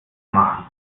machen